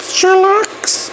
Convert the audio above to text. Sherlock's